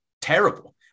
terrible